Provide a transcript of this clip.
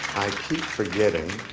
i keep forgetting